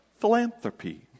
philanthropy